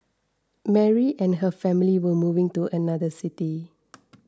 Mary and her family were moving to another city